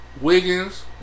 Wiggins